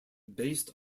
based